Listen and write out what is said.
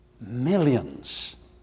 millions